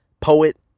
poet